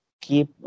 keep